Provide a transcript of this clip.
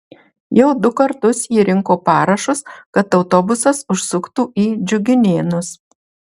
jau du kartus ji rinko parašus kad autobusas užsuktų į džiuginėnus